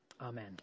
Amen